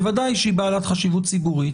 בוודאי שהיא בעלת חשיבות ציבורית,